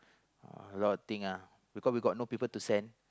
a lot of thing ah because we got no people to sell